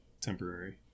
temporary